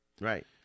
Right